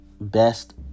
best